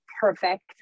perfect